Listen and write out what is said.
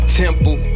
temple